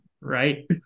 right